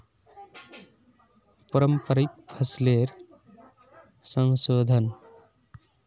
पारंपरिक फसलेर संशोधन